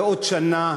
ועוד שנה,